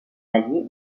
ailier